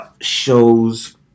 shows